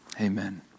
Amen